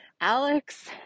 Alex